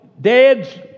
dads